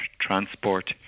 Transport